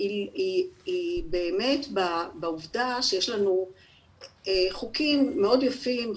היא באמת בעובדה שיש לנו חוקים מאוד יפים,